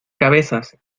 cabezas